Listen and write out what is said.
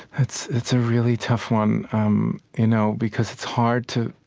it's it's a really tough one um you know because it's hard to,